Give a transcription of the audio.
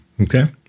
Okay